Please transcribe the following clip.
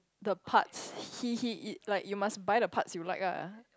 the parts he he it like you must buy the parts you like ah